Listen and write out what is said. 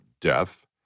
death